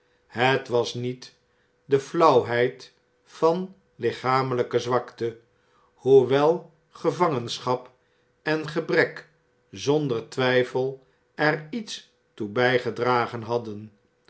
het was niet de flauwheid van lichamelpe zwakte hoewelgevangenschap en gebrek zonder twijfel er iets toe bjjgedragen hadden